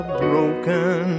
broken